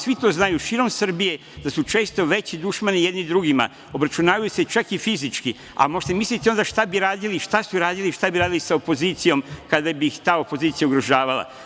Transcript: Svi to znaju širom Srbije da su često veći dušmani jedni drugima, obračunavaju se čak i fizički, a možete misliti onda šta bi radili i šta su radili sa opozicijom kada bi ih ta opozicija ugrožavala.